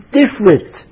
different